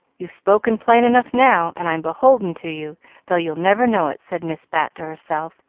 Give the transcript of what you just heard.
you've spoken plain enough now, and i'm beholden to you though you'll never know it, said miss bat to herself,